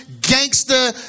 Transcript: gangster